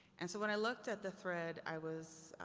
and so when i looked at the thread i was,